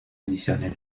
additionnel